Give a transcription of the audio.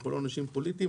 אנחנו לא אנשים פוליטיים.